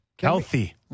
Healthy